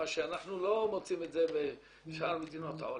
מה שאנחנו לא מוצאים בשאר מדינות העולם.